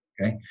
Okay